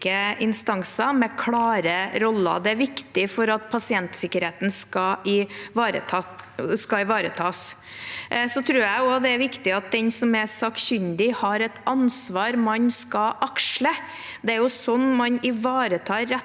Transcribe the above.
instanser med klare roller. Det er viktig for at pasientsikkerheten skal ivaretas. Jeg tror også det er viktig at den som er sakkyndig, har et ansvar man skal aksle. Det er sånn man ivaretar